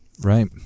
Right